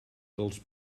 dels